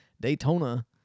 Daytona